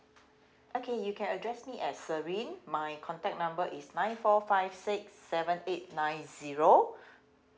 okay you can address me as serene my contact number is nine four five six seven eight nine zero